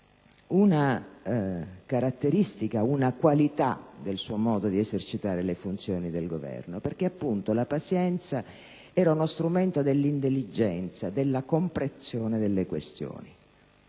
una caratteristica, una qualità del suo modo di esercitare le funzioni del governo, perché appunto la pazienza era uno strumento dell'intelligenza, della comprensione delle questioni.